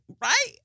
right